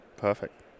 Perfect